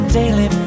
daily